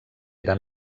era